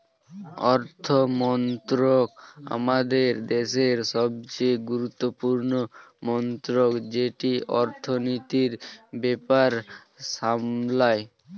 অর্থমন্ত্রক আমাদের দেশের সবচেয়ে গুরুত্বপূর্ণ মন্ত্রক যেটি অর্থনীতির ব্যাপার সামলায়